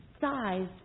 size